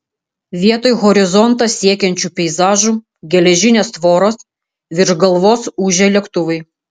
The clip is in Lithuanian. vietoj horizontą siekiančių peizažų geležinės tvoros virš galvos ūžia lėktuvai